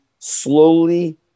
slowly